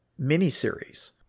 miniseries